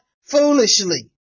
foolishly